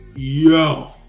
Yo